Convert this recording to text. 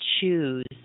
choose